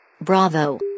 Bravo